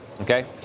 Okay